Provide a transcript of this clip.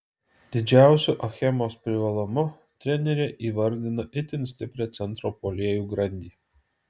didžiausiu achemos privalumu trenerė įvardina itin stiprią centro puolėjų grandį